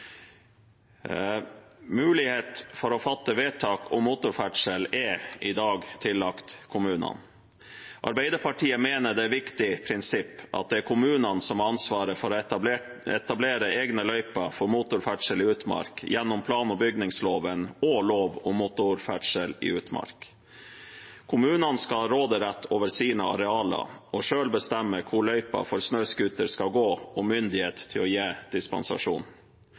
Mulighet for å fatte vedtak om motorferdsel er i dag tillagt kommunene. Arbeiderpartiet mener det er et viktig prinsipp at det er kommunene som har ansvaret for å etablere egne løyper for motorferdsel i utmark gjennom plan- og bygningsloven og lov om motorferdsel i utmark. Kommunene skal ha råderett over sine arealer og selv bestemme hvor løypa for snøscooter skal gå, og myndighet til å gi dispensasjon.